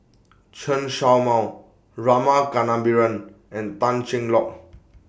Chen Show Mao Rama Kannabiran and Tan Cheng Lock